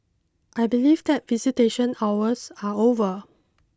I believe that visitation hours are over